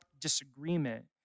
disagreement